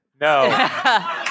no